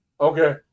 Okay